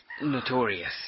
Notorious